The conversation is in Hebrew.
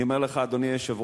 אני אומר לך, אדוני היושב-ראש,